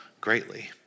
greatly